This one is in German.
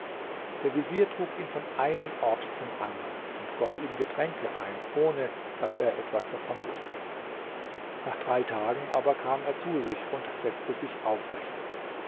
der vezier trug ihn von einem ort zum andern und goß ihm getränke ein ohne daß er etwas davon wußte nach drei tagen aber kam er zu sich und setzte sich aufrecht